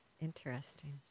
Interesting